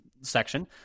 section